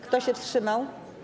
Kto się wstrzymał?